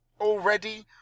already